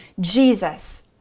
Jesus